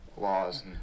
Laws